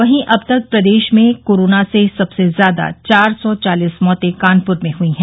वहीं अब तक प्रदेश में कोरोना से सबसे ज्यादा चार सौ चालीस मौते कानपुर में हुई है